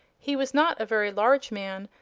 he was not a very large man,